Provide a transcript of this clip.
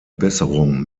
besserung